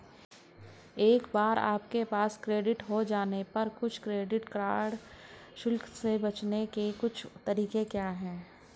एक बार आपके पास क्रेडिट कार्ड हो जाने पर कुछ क्रेडिट कार्ड शुल्क से बचने के कुछ तरीके क्या हैं?